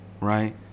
right